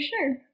sure